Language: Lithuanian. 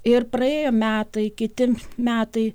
ir praėjo metai kiti metai